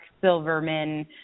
Silverman